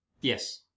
Yes